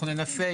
אנחנו ננסה.